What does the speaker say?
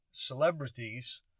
Celebrities